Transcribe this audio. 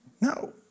No